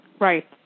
Right